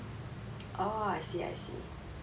oh I see I see